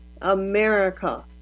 America